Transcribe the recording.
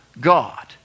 God